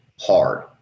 hard